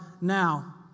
now